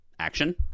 action